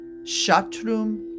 Shatrum